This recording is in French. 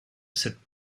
cette